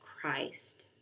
Christ